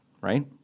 Right